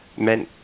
meant